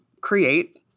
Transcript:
create